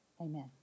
Amen